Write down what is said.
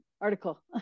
Article